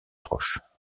proches